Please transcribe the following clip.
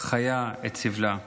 מהחיה את סבלה.